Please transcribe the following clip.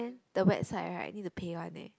then the website right need to pay one leh